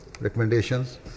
recommendations